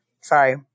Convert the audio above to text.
sorry